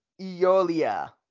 Iolia